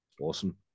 Awesome